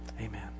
Amen